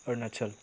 Arunachal